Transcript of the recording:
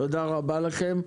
תודה רבה לכם.